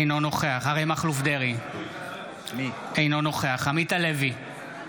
אינו נוכח אריה מכלוף דרעי, אינו נוכח עמית הלוי,